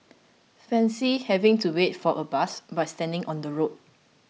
Fancy having to wait for a bus by standing on the road